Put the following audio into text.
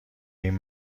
این